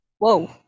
whoa